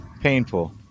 Painful